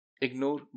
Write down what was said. ignore